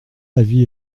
l’avis